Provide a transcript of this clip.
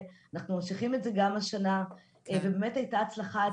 ואנחנו ממשיכים את זה גם השנה ובאמת הייתה הצלחה אדירה.